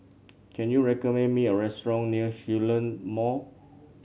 can you recommend me a restaurant near Hillion Mall